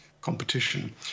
competition